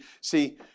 See